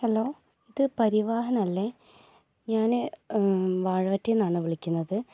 hello ഇത് പരിവാഹനല്ലേ ഞാൻ വാഴവറ്റിയിൽനിന്നാണ് വിളിക്കുന്നത്